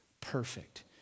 perfect